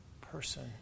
person